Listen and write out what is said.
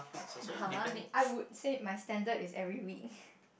[huh] may~ I would say my standard is every week